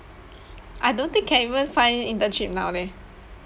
I don't think can even find internship now leh